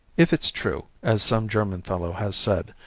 if it's true, as some german fellow has said,